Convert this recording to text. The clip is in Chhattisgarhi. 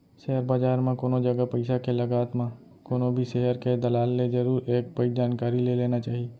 सेयर बजार म कोनो जगा पइसा के लगात म कोनो भी सेयर के दलाल ले जरुर एक पइत जानकारी ले लेना चाही